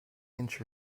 inch